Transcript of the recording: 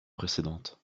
précédente